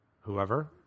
whoever